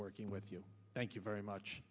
working with you thank you very much